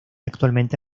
actualmente